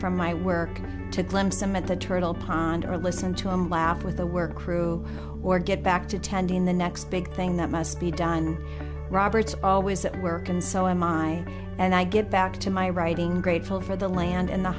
at the turtle pond or listen to him laugh with the work crew or get back to tending the next big thing that must be done robert's always at work and so am i and i get back to my writing grateful for the land and the